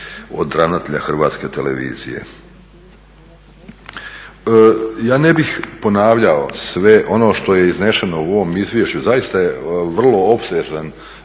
od ravnatelja Hrvatske televizije. Ja ne bih ponavljao sve ono što je iznešeno u ovom izvješću, zaista je vrlo opsežan,